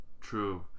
True